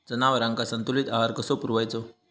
जनावरांका संतुलित आहार कसो पुरवायचो?